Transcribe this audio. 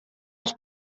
els